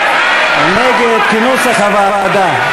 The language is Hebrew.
או נגד, כנוסח הוועדה.